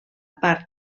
part